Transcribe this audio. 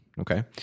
Okay